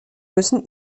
müssen